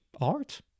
art